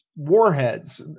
Warheads